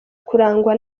kurangwa